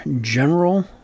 general